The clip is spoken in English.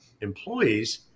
employees